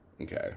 okay